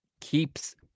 keeps